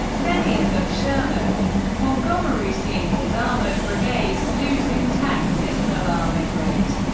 many of them shermans. montgomery, seeing his armoured brigades losing tanks at an alarming rate,